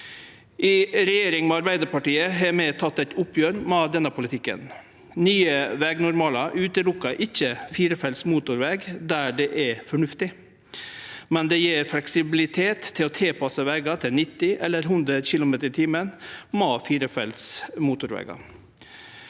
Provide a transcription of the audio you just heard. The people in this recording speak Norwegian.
I regjering med Arbeidarpartiet har vi teke eit oppgjer med denne politikken. Nye vegnormalar utelukkar ikkje firefelts motorveg der det er fornuftig, men det gjev fleksibilitet til å tilpasse vegar til 90 km/t eller 100 km/t, m.a. firefelts motorvegar.